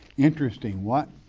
interesting one.